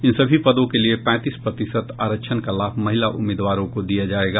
इन सभी पदों के लिए पैंतीस प्रतिशत आरक्षण का लाभ महिला उम्मीदवारों को दिया जायेगा